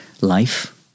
life